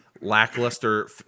lackluster